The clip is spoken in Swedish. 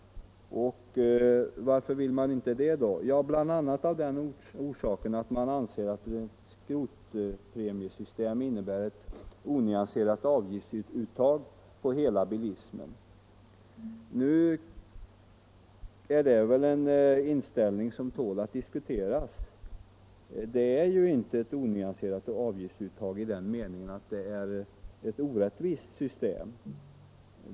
Och varför vill man inte det? Jo, bl.a. av den orsaken att man anser att skrotpremiesystem innebär ett onyanserat avgiftsuttag på hela bilismen. Detta är väl en inställning som tål att diskuteras. Det är ju inte ett onyanserat avgiftsuttag i den meningen att det är ett orättvist system.